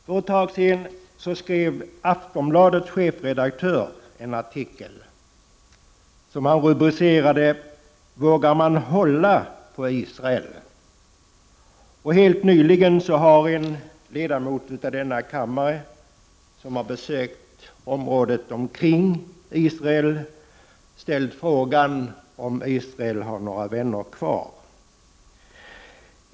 För ett tag sedan skrev Aftonbladets chefredaktör en artikel som han rubricerade Vågar man hålla på Israel? Och helt nyligen har en ledamot av denna kammare, som har besökt området kring Israel, ställt frågan om Israel har några vänner kvar.